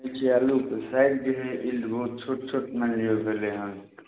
देखै छियै अल्लूके साइज जे छोट छोट मानि लिऽ भेलैहन